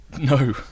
No